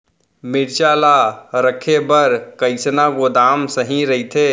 मिरचा ला रखे बर कईसना गोदाम सही रइथे?